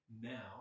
Now